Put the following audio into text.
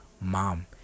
mom